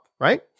right